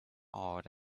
awed